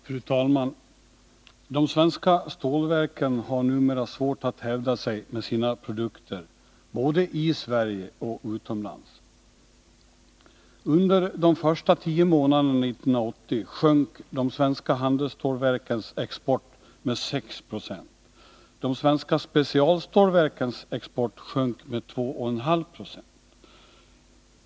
Fru talman! De svenska stålverken har numera svårt att hävda sig med sina produkter både i Sverige och utomlands. Under de första tio månaderna 1980 sjönk de svenska handelsstålverkens export med 6 96 och de svenska specialstålverkens export med 2,5 26.